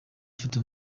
afite